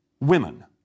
women